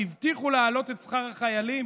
שהבטיחו להעלות את שכר החיילים.